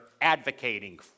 advocating